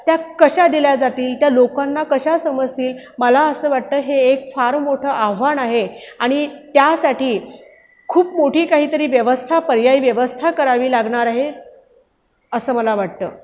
त्या कशा दिल्या जातील त्या लोकांना कशा समजतील मला असं वाटतं हे एक फार मोठं आव्हान आहे आणि त्यासाठी खूप मोठी काही तरी व्यवस्था पर्यायी व्यवस्था करावी लागणार आहे असं मला वाटतं